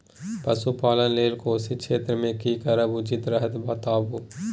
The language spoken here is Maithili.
पशुपालन लेल कोशी क्षेत्र मे की करब उचित रहत बताबू?